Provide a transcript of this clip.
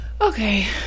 okay